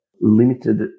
limited